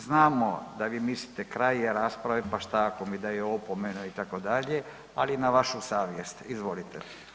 Znamo da vi mislite kraj je rasprave, pa šta ako mi daju opomenu itd., ali na vašu savjest, izvolite.